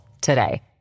today